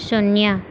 શૂન્ય